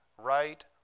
right